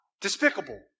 despicable